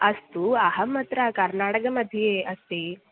अस्तु अहम् अत्र कर्नाटकमध्ये अस्मि